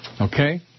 Okay